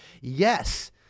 Yes